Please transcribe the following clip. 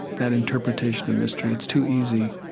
that interpretation of mystery. it's too easy.